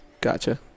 Gotcha